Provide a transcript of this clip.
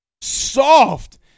Soft